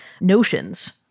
notions